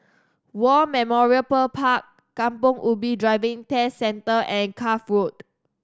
War Memorial Park Kampong Ubi Driving Test Centre and Cuff Road